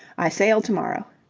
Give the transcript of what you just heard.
i sail to-morrow.